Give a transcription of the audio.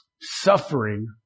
suffering